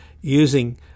using